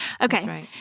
Okay